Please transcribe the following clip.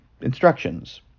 instructions